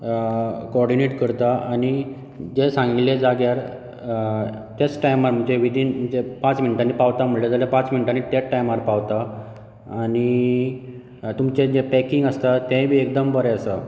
coordinate करता आनी जे सांगिल्ले जाग्यार तेंच टायमार म्हजें विदइन म्हणजे पांच मिनटांनी पावता म्हणलें जाल्यार पांच मिनटांनी तेंच टायमार पावता आनी तुमचें जें पॅकींग आसता तेंय बी एकदम बरें आसा